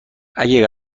اگه